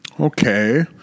Okay